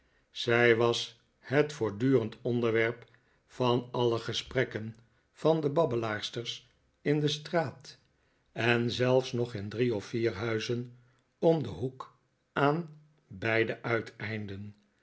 zij was het voortdurende onderwerp van alle gesprekken van de babbelaarsters in de straat en zelfs nog in drie of vier huizen om den hoek aan beide uiteinden